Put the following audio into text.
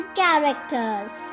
characters